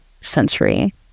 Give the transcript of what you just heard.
sensory